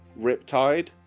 Riptide